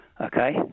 Okay